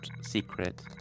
secret